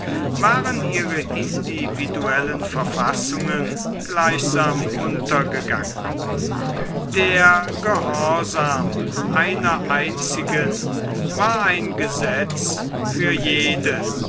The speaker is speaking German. waren ihre individuellen verfassungen gleichsam untergegangen der gehorsam einer einzigen war ein gesetz für jede